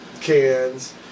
cans